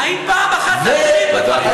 האם פעם אחת, בדברים, תודה, חבר הכנסת חזן.